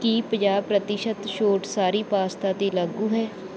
ਕੀ ਪੰਜਾਹ ਪ੍ਰਤੀਸ਼ਤ ਛੋਟ ਸਾਰੀ ਪਾਸਤਾ 'ਤੇ ਲਾਗੂ ਹੈ